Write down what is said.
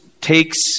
takes